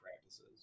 practices